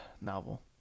Novel